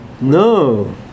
No